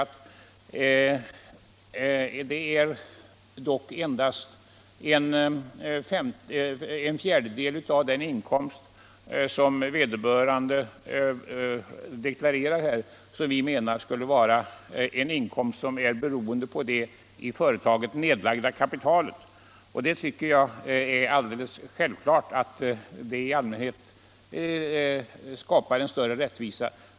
Det är endast en fjärdedel av den inkomst som vederbörande deklarerar som vi menar skulle vara en inkomst på det i företaget nedlagda kapitalet. Det är alldeles självklart att det i allmänhet skulle innebära större rättvisa.